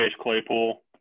Claypool